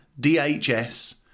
DHS